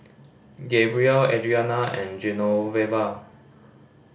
Gabrielle Adriana and Genoveva